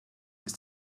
ist